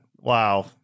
Wow